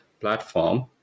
platform